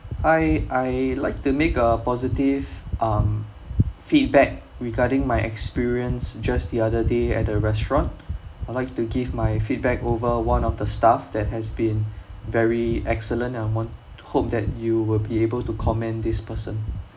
hi I like to make a positive um feedback regarding my experience just the other day at the restaurant I would like to give my feedback over one of the staff that has been very excellent I want hope that you will be able to commend this person